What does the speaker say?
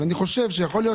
יכול להיות